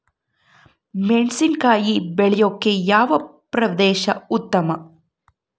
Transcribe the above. ಮೆಣಸಿನಕಾಯಿ ಬೆಳೆಯೊಕೆ ಯಾವ ಪ್ರದೇಶ ಉತ್ತಮ?